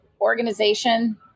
organization